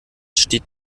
steht